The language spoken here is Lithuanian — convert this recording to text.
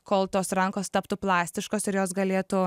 kol tos rankos taptų plastiškos ir jos galėtų